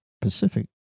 Pacific